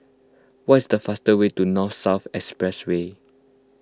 what's the fast way to North South Expressway